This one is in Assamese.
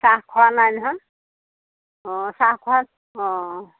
চাহ খোৱা নাই নহয় অ চাহ খোৱা অঁ